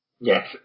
Yes